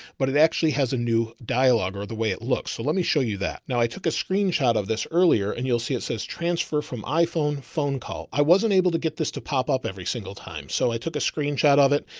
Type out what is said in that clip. but it actually has a new dialogue or the way it looks. so let me show you that. now i took a screenshot of this earlier and you'll see, it says transfer from iphone phone call. i wasn't able to get this to pop up every single time. so i took a screenshot of it.